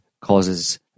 causes